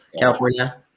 California